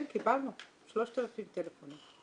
כן, קיבלנו, 3,000 טלפונים.